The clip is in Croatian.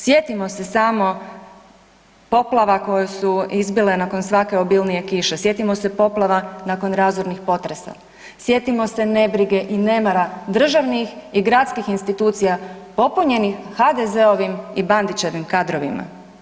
Sjetimo se samo poplava koje su izbile nakon svake obilnije kiše, sjetimo se poplava nakon razornih potresa, sjetimo se nebrige i nemara državnih i gradskih institucija popunjeni HDZ-ovim i Bandićevim kadrovima.